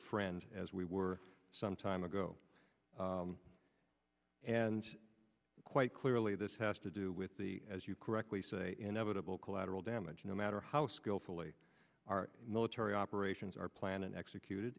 friend as we were some time ago and quite clearly this has to do with the as you correctly say inevitable collateral damage no matter how skillfully our military operations are planned and executed